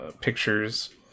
pictures